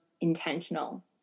intentional